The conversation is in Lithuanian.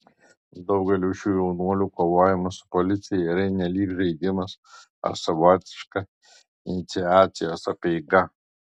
daugeliui šių jaunuolių kovojimas su policija yra nelyg žaidimas ar savotiška iniciacijos apeiga